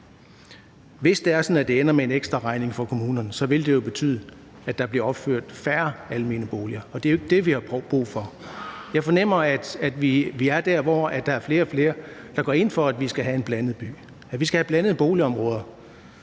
Hvis det ender med en ekstraregning for kommunerne, vil det betyde, at der bliver opført færre almene boliger, og det er jo ikke det, vi har brug for. Jeg fornemmer, at vi er der, hvor flere og flere går ind for, at vi skal have en blandet by, og at vi skal have blandede boligområder.